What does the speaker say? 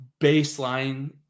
baseline